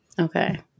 Okay